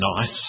nice